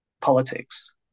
politics